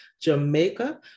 Jamaica